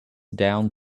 down